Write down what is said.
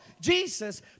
Jesus